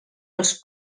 els